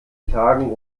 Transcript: tagen